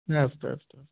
अस्तु अस्तु